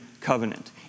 Covenant